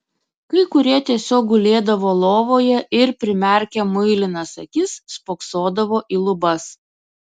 kai kurie tiesiog gulėdavo lovoje ir primerkę muilinas akis spoksodavo į lubas